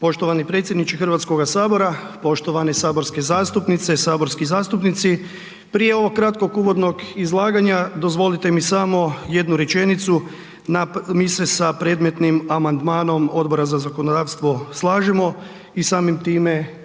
Poštovani predsjedniče HS-a, poštovani saborske zastupnice, saborski zastupnici. Prije ovog kratkog uvodnog izlaganja, dozvolite mi samo jednu rečenicu. Mi se sa predmetnim amandmanom Odbora za zakonodavstvo slažemo i samim time